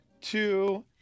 two